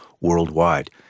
worldwide